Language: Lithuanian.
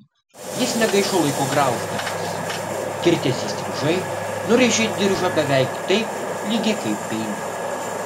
jis negaišo laiko grauždamas kirtęs įstrižai nurėžė diržą beveik taip lygiai kaip peiliu